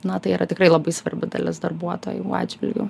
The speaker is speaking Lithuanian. na tai yra tikrai labai svarbi dalis darbuotojų atžvilgiu